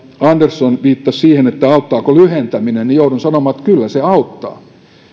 andersson viittasi siihen että auttaako lyhentäminen niin joudun sanomaan että kyllä se auttaa